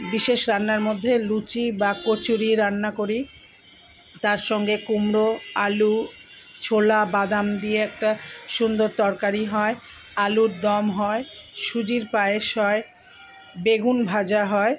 বিশেষ রান্নার মধ্যে লুচি বা কচুরি রান্না করি তার সঙ্গে কুমড়ো আলু ছোলা বাদাম দিয়ে একটা সুন্দর তরকারি হয় আলুর দম হয় সুজির পায়েস হয় বেগুন ভাজা হয়